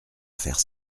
affaire